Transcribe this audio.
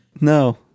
No